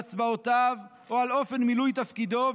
על הצבעותיו או על אופן מילוי תפקידו,